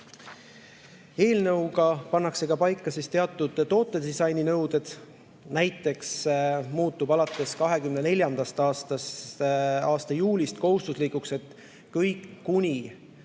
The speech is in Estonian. Eelnõuga pannakse paika teatud toote disaininõuded. Näiteks muutub alates 2024. aasta juulist kohustuslikuks, et kõik